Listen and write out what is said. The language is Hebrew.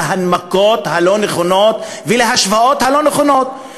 להנמקות הלא-נכונות ולהשוואות הלא-נכונות.